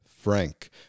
frank